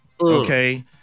Okay